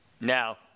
now